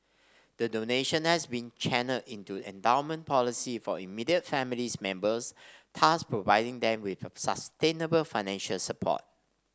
the donation has been channelled into endowment policy for immediate families members thus providing them with sustainable financial support